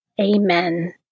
Amen